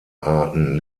arten